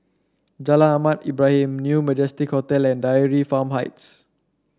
Jalan Ahmad Ibrahim New Majestic Hotel and Dairy Farm Heights